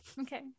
Okay